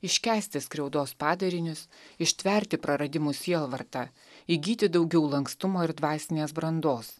iškęsti skriaudos padarinius ištverti praradimų sielvartą įgyti daugiau lankstumo ir dvasinės brandos